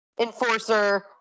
Enforcer